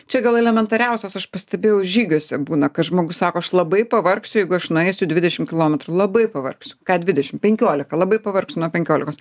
čia gal elementariausias aš pastebėjau žygiuose būna kad žmogus sako aš labai pavargsiu jeigu aš nueisiu dvidešim kilometrų labai pavargsiu ką dvidešim penkiolika labai pavargsiu nuo penkiolikos